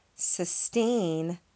sustain